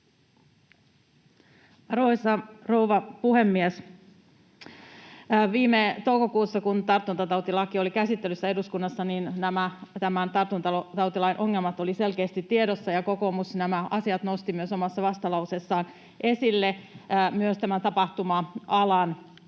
Arvoisa rouva puhemies! Viime toukokuussa, kun tartuntatautilaki oli käsittelyssä eduskunnassa, tartuntatautilain ongelmat olivat selkeästi tiedossa ja kokoomus nämä asiat nosti myös omassa vastalauseessaan esille — myös tapahtuma-alan ja